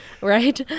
Right